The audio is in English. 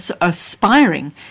aspiring